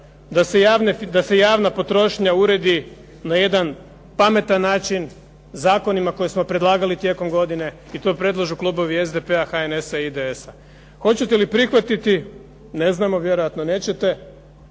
da se javna potrošnja uredi na jedan pametan način, zakonima koje smo predlagali tijekom godine i to predlažu Klubovi SDP-a, HNS-a, IDS-a. Hoćete li prihvatiti, ne znamo vjerojatno nećete,